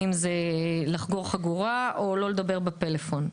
אם זה לחגור חגורה או לא לדבר בטלפון.